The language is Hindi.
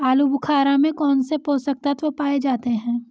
आलूबुखारा में कौन से पोषक तत्व पाए जाते हैं?